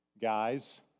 guys